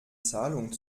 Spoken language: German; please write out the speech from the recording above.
zahlung